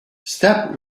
step